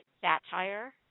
satire